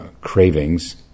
cravings